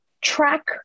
track